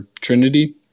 Trinity